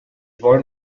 wollen